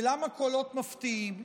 ולמה קולות מפתיעים?